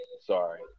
Sorry